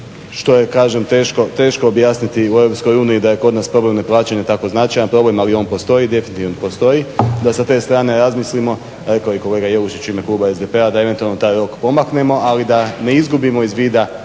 što je kažem teško objasniti u EU da je kod nas problem neplaćanja tako značajan problem, ali on postoji, definitivno postoji. Da sa te strane razmislimo, rekao je i kolega Jelušić u ime kluba SDP-a da eventualno taj rok pomaknemo, ali da ne izgubimo iz vida